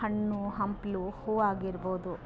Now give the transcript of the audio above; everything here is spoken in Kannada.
ಹಣ್ಣು ಹಂಪಲು ಹೂ ಆಗಿರ್ಬೌದು